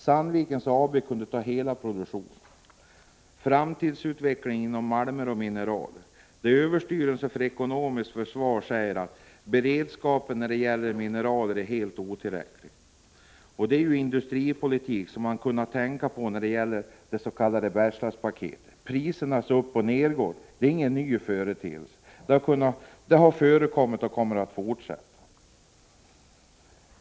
Sandvik AB kunde ta hela produktionen. När det gäller framtidsutvecklingen för malmer och mineral säger överstyrelsen för ekonomiskt försvar att beredskapen i fråga om mineral är helt otillräcklig. Man hade kunnat tänka på Yxsjöbergsgruvan i det s.k. Bergslagspaketet. Att priserna går upp och ned är ingen ny företeelse, det har förekommit tidigare och det kommer att fortsätta.